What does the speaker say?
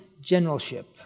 generalship